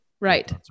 Right